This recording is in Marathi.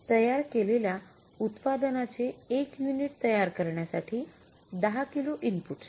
तयार केलेल्या उत्पादनाचे १ युनिट तयार करण्यासाठी १० किलो इनपुटस